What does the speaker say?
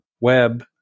web